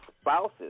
spouses